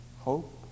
Hope